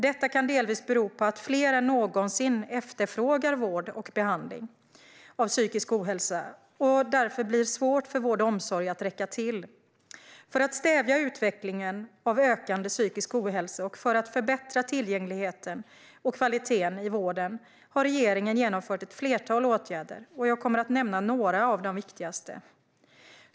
Detta kan delvis bero på att fler än någonsin efterfrågar vård och behandling av psykisk ohälsa och att det därför blir svårt för vård och omsorg att räcka till. För att stävja utvecklingen av ökande psykisk ohälsa och för att förbättra tillgängligheten och kvaliteten i vården har regeringen genomfört ett flertal åtgärder. Jag kommer att nämna några av de viktigaste.